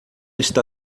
está